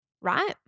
right